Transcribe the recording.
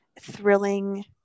thrilling